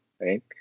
right